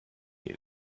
you